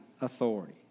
authority